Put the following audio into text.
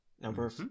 number